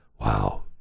wow